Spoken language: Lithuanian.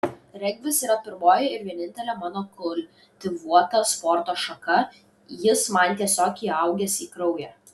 regbis yra pirmoji ir vienintelė mano kultivuota sporto šaka jis man tiesiog įaugęs į kraują